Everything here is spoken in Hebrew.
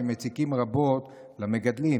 שמציקים רבות למגדלים.